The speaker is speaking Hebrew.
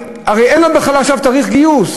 הרי אין לו בכלל, עכשיו, תאריך גיוס.